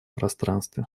пространстве